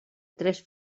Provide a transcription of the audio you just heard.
tres